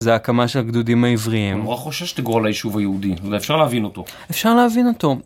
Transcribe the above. זה הקמה של הגדודים העבריים. הוא נורא חושש שתגורו על היישוב היהודי, ואפשר להבין אותו. אפשר להבין אותו.